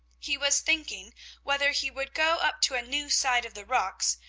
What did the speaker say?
he was thinking whether he would go up to a new side of the rocks,